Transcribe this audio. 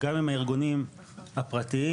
גם עם הארגונים הפרטיים,